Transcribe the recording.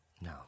No